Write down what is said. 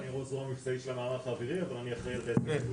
אני ראש זרוע המבצעית של המערך האווירי אבל אני אחראי על טייסת הכיבוי.